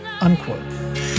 unquote